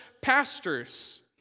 pastors